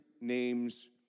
names